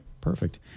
Perfect